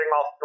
off